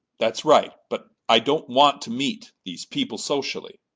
that's right. but i don't want to meet these people socially.